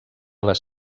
les